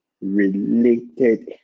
related